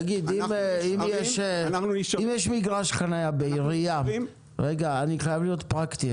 אם יש מגרש חניה בעירייה אני חייב להיות פרקטי,